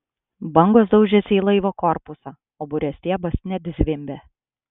bangos daužėsi į laivo korpusą o burės stiebas net zvimbė